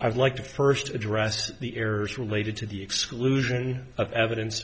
i would like to first address the errors related to the exclusion of evidence